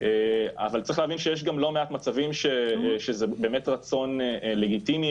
אבל צריך להבין שיש גם לא מעט מצבים שזה באמת רצון לגיטימי,